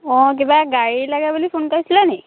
অঁ কিবা গাড়ী লাগে বুলি ফোন কৰিছিলেনি